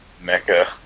mecca